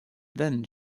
then